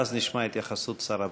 ואז נשמע את התייחסות שר הבריאות.